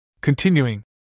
Continuing